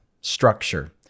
structure